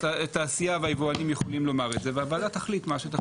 התעשייה והיבואנים יכולים לומר את זה והוועדה תחליט מה שתחליט.